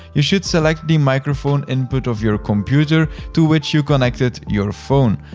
you should select the microphone input of your computer to which you connected your phone.